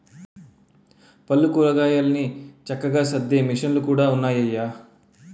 పళ్ళు, కూరగాయలన్ని చక్కగా సద్దే మిసన్లు కూడా ఉన్నాయయ్య